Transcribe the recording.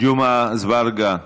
ג'מעה אזברגה,